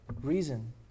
reason